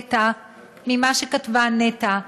קטע ממה שכתבה נטע,